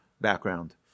background